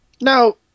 Now